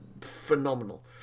phenomenal